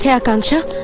yeah akansha,